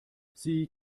sie